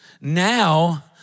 now